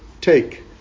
take